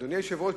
אדוני היושב-ראש,